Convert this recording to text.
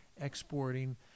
exporting